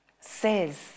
says